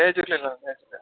Jay Jhulelal